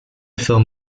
filmed